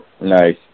Nice